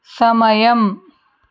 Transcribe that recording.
సమయం